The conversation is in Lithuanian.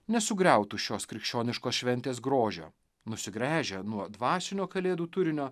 nesugriautų šios krikščioniškos šventės grožio nusigręžę nuo dvasinio kalėdų turinio